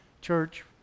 church